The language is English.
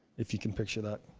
if you can picture that.